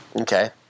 okay